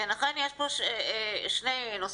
כן, אכן יש פה שני נושאים.